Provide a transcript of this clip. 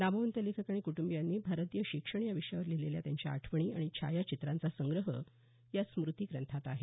नामवंत लेखक आणि कुटंबियांनी भारतीय शिक्षण या विषयावर लिहीलेल्या त्यांच्या आठवणी आणि छायाचित्रांचा संग्रह या स्मृती ग्रंथात आहे